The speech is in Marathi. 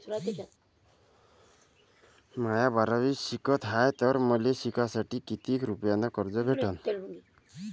म्या बारावीत शिकत हाय तर मले शिकासाठी किती रुपयान कर्ज भेटन?